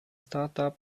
startup